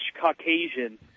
Caucasian